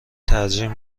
ترجیح